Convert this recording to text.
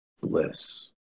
bliss